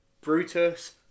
Brutus